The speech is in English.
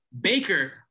Baker